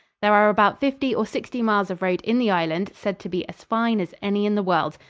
there are about fifty or sixty miles of road in the island said to be as fine as any in the world.